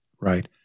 right